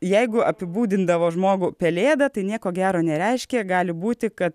jeigu apibūdindavo žmogų pelėda tai nieko gero nereiškė gali būti kad